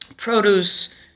produce